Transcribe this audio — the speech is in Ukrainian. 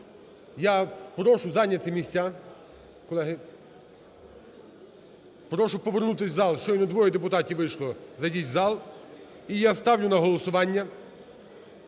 Я прошу зайняти місця, колеги. Прошу повернутись в зал, щойно двоє депутатів вийшло, зайдіть в зал. І я ставлю на голосування